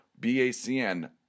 BACN